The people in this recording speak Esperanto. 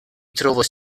trovos